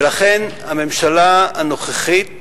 הממשלה הנוכחית